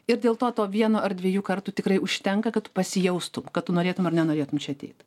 ir dėl to to vieno ar dviejų kartų tikrai užtenka kad pasijaustum kad tu norėtum ar nenorėtum čia ateit